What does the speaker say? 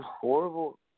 horrible